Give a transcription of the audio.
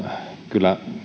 kyllä